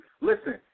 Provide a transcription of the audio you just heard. Listen